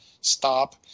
stop